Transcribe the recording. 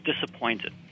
disappointed